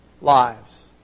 lives